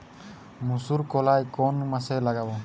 মুসুর কলাই কোন মাসে লাগাব?